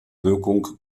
wirkung